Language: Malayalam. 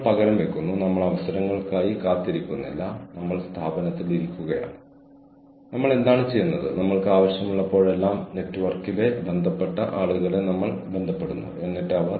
ടീം ലെവൽ എച്ച്ആർ സംവിധാനങ്ങൾ എന്താണ് ചെയ്യേണ്ടതെന്ന് ഞങ്ങളെ അറിയിച്ചിട്ടുണ്ട്